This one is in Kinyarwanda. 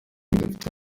dufite